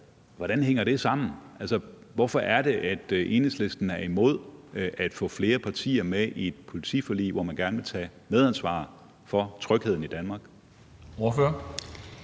Hvordan hænger det sammen? Altså, hvorfor er det, at Enhedslisten er imod at få flere partier med i et politiforlig, hvor man gerne vil tage medansvar for trygheden i Danmark?